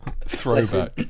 Throwback